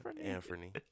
Anthony